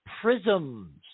prisms